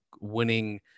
winning